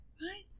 right